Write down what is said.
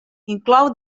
inclou